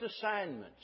assignments